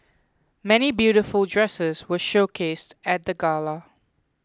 many beautiful dresses were showcased at the gala